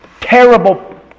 terrible